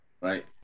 right